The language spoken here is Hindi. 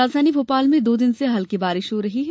राजधानी भोपाल में दो दिन से हल्की बारिश हो रही है